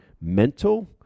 mental